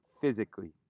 physically